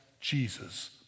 Jesus